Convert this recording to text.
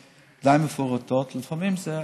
תשובות די מפורטות ולפעמים זה ארוך.